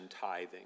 tithing